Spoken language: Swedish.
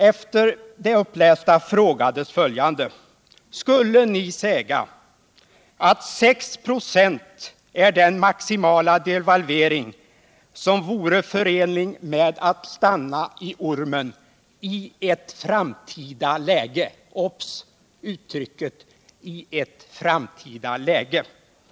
Efter det Anders Björck läste upp frågades följande: ”Skulle ni säga, att 6 96 är den maximala devalvering som vore förenlig med att stanna i ormen i ett framtida läge?” Observera uttrycket ”i ett framtida läge”!